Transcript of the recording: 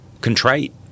contrite